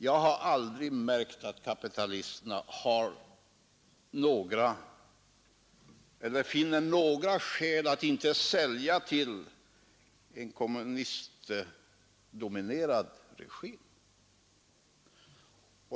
Jag har aldrig märkt att kapitalisterna finner skäl för att inte sälja till en kommunistdominerad regim.